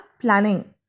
planning